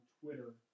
Twitter